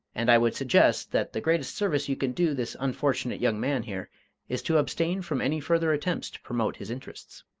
and i would suggest that the greatest service you can do this unfortunate young man here is to abstain from any further attempts to promote his interests.